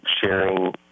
sharing